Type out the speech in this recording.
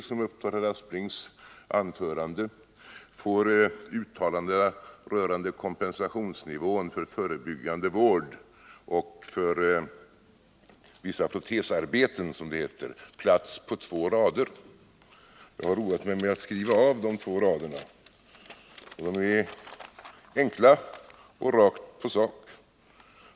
som upptar herr Asplings anförande, får uttalandet rörande kompensationsnivån för förebyggande vård och för vissa protesarbeten, som det heter, plats på två rader. Jag har roat mig med att skriva av de två raderna. De är enkla och rakt på sak.